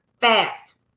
fast